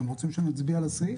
אתם רוצים שנצביע על הסעיף,